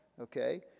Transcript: okay